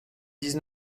dix